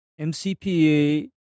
MCPA